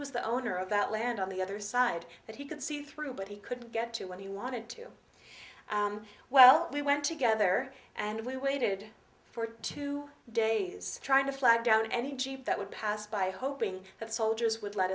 was the owner of that land on the other side that he could see through but he couldn't get to what he wanted to well we went together and we waited for two days trying to flag down any jeep that would pass by hoping that soldiers would let